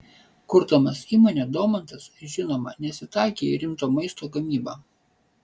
kurdamas įmonę domantas žinoma nesitaikė į rimto maisto gamybą